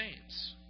saints